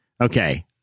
okay